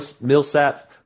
Millsap